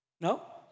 no